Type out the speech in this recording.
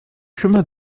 chemin